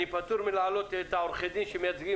אני פטור מלהעלות את עורכי הדין שמייצגים